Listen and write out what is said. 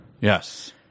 Yes